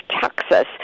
Texas